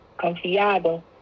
confiado